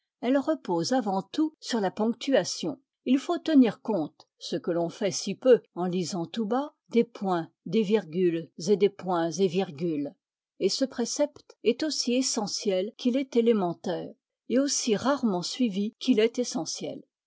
elle repose avant tout sur la ponctuation il faut tenir compte ce que l'on fait si peu en lisant tout bas des points des virgules et des points et virgules et ce précepte est aussi essentiel qu'il est élémentaire et aussi rarement suivi qu'il est essentiel